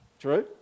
True